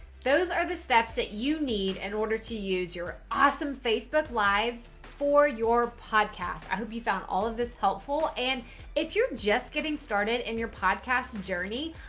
those are the steps that you need in and order to use your awesome facebook lives for your podcast. i hope you found all of this helpful and if you're just getting started in your podcast journey,